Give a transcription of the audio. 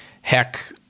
heck